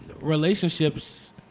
Relationships